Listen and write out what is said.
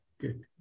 good